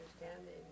understanding